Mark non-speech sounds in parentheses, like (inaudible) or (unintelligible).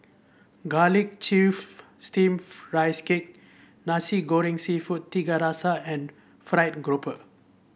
garlic chive steamed (unintelligible) Rice Cake Nasi Goreng seafood Tiga Rasa and fried grouper